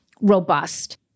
robust